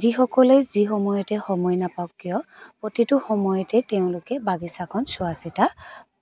যিসকলে যিসময়তে সময় নাপাওক কিয় প্ৰতিটো সময়তে তেওঁলোকে বাগিচাখন চোৱা চিতা